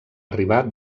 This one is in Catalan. arribar